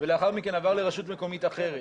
ולאחר מכן עבר לרשות מקומית אחרת,